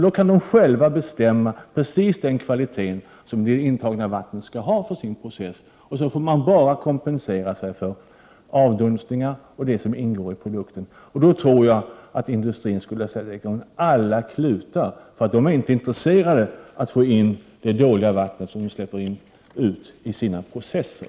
Då kan industrin själv bestämma precis vilken kvalitet intagningsvattnet skall ha i processen. Sedan får man bara kompensera sig för avdunstningar och det som ingår i produkten. Då tror jag att industrin skulle sätta till alla klutar, eftersom industrin inte är intresserad av att få in det dåliga vatten som den släpper ut i sina processer.